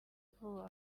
vuba